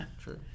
True